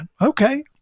Okay